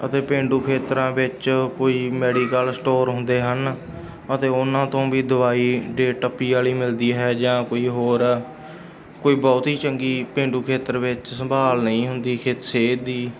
ਅਤੇ ਪੇਂਡੂ ਖੇਤਰਾਂ ਵਿੱਚ ਕੋਈ ਮੈਡੀਕਲ ਸਟੋਰ ਹੁੰਦੇ ਹਨ ਅਤੇ ਉਹਨਾਂ ਤੋਂ ਵੀ ਦਵਾਈ ਡੇਟ ਟੱਪੀ ਵਾਲੀ ਮਿਲਦੀ ਹੈ ਜਾਂ ਕੋਈ ਹੋਰ ਕੋਈ ਬਹੁਤ ਹੀ ਚੰਗੀ ਪੇਂਡੂ ਖੇਤਰ ਵਿੱਚ ਸੰਭਾਲ ਨਹੀਂ ਹੁੰਦੀ ਕਿ ਸਿਹਤ ਦੀ